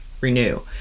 renew